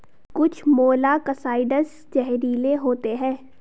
कुछ मोलॉक्साइड्स जहरीले होते हैं